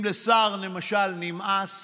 אם לשר, למשל, נמאס